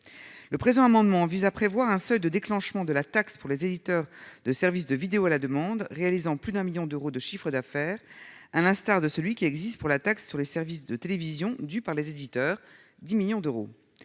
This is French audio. le présent amendement vise à prévoir un seuil de déclenchement de la taxe pour les éditeurs de services de vidéo à la demande, réalisant plus d'un 1000000 d'euros de chiffre d'affaires, à l'instar de celui qui existe pour la taxe sur les services de télévision due par les éditeurs 10 millions d'euros